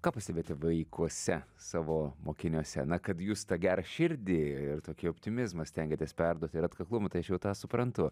ką pastebėjote vaikuose savo mokiniuose na kad jūs tą gerą širdį ir tokį optimizmą stengiatės perduoti ir atkaklumą tai aš jau tą suprantu